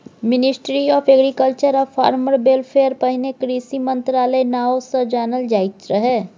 ministry of agriculture आ farmer welfare पहिने कृषि मंत्रालय नाओ सँ जानल जाइत रहय